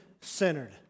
centered